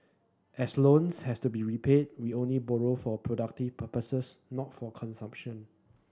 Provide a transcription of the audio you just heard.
as loans have to be repaid we only borrowed for productive purposes not for consumption